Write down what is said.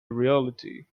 reality